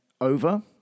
over